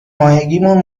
ماهگیمون